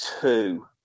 two